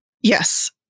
Yes